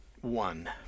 one